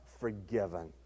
forgiven